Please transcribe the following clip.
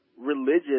religious